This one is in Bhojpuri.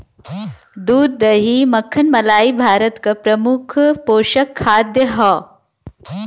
दूध दही मक्खन मलाई भारत क प्रमुख पोषक खाद्य हौ